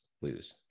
lose